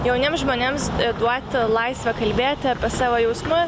jauniem žmonėms duoti laisvę kalbėti apie savo jausmus